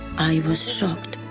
i was shocked.